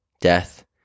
death